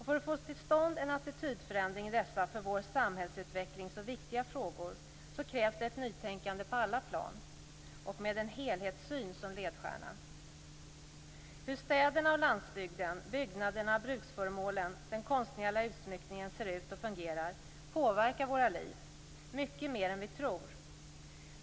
För att få till stånd en attitydförändring i dessa för vår samhällsutveckling så viktiga frågor krävs ett nytänkande på alla plan och med en helhetssyn som ledstjärna. Hur städerna, landsbygden, byggnaderna, bruksföremålen och den konstnärliga utsmyckningen ser ut och fungerar påverkar våra liv mycket mer än vi tror.